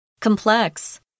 Complex